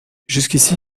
jusqu’ici